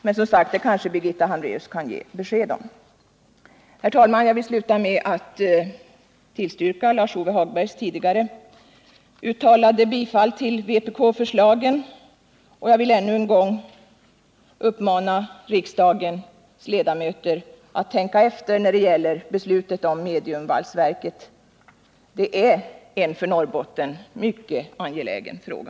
Men det kan kanske Birgitta Hambraeus ge besked om. Herr talman! Jag ansluter mig till Lars-Ove Hagbergs tidigare yrkande om bifall till vpk-förslagen. Låt mig ännu en gång uppmana riksdagens ledamöter att tänka efter när det gäller beslutet om mediumvalsverket. Det är en för Norrbotten mycket angelägen fråga.